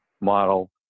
model